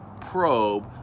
probe